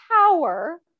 power